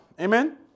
Amen